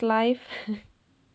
life